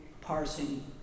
parsing